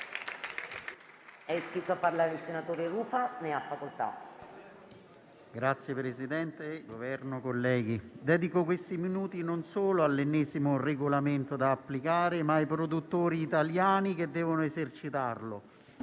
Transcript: Signor Presidente, Governo, colleghi, dedico questi minuti non solo all'ennesimo regolamento da applicare, ma ai produttori italiani che devono esercitarlo,